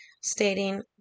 stating